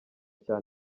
cya